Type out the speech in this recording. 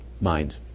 Mind